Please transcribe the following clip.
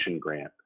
grant